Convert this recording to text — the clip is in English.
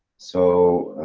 so,